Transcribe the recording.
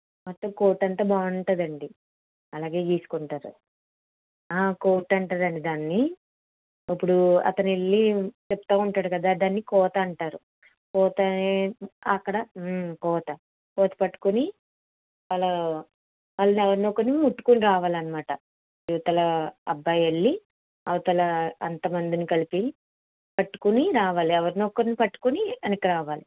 మొత్తం కోర్ట్ అంతా బాగుంటుంది అండి అలాగే గీసుకుంటారు కోర్ట్ అంటారు అండి దాన్ని ఇప్పుడు అతను వెళ్ళి చెప్తు ఉంటాడు కదా దాన్ని కోర్టు అంటారు కోర్ట్ అనేది అక్కడ కోర్ట్ కోర్ట్ పట్టుకొని అలా వాళ్ళ ఎవరినో ఒకరిని ముట్టుకొని రావాలి అన్నమాట ఇవతల అబ్బాయి వెళ్ళి అవతల అంతమందిని కలిసి పట్టుకొని రావాలి ఎవరినో ఒకరిని పట్టుకొని వెనక్కి రావాలి